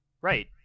Right